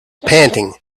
panting